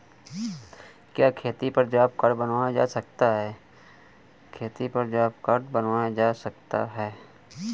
क्या खेती पर जॉब कार्ड बनवाया जा सकता है?